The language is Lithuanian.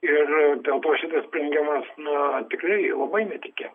ir dėl to šitas sprendimas nua tikrai labai netikėtas